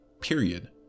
Period